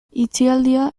itxialdia